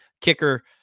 Kicker